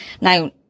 Now